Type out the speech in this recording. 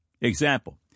Example